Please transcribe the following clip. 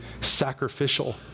sacrificial